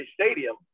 stadium